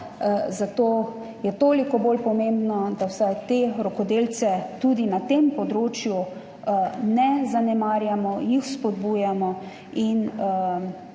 Zato je toliko bolj pomembno, da vsaj te rokodelce tudi na tem področju ne zanemarjamo, jih spodbujamo in